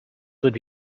would